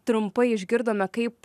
trumpai išgirdome kaip